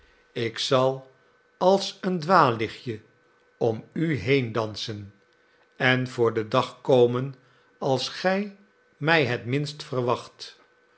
ik zal als een dwaallichtje om u heen dansen en voor den dag komen als gij mij het minst verwacht